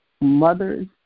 Mothers